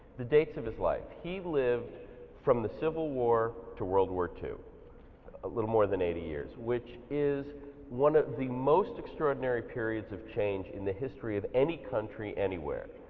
the dates of his life. he lived from the civil war to world war ii a little more than eighty years, which is one of the most extraordinary periods of change in the history of any country anywhere.